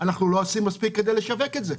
אנחנו לא עושים מספיק כדי לשווק את זה,